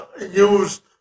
use